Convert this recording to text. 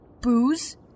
Booze